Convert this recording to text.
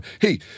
hey